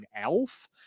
elf